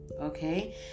okay